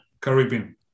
Caribbean